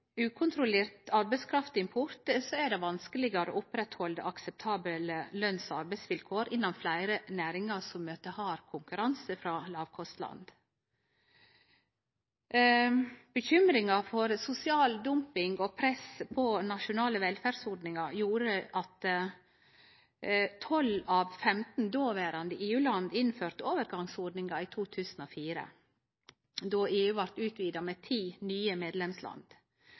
arbeidsvilkår innan fleire næringar som møter hard konkurranse frå lågkostland. Bekymringa for sosial dumping og press på nasjonale velferdsordningar gjorde at 12 av 15 dåverande EU-land innførte overgangsordningar i 2004, då EU blei utvida med ti nye medlemsland.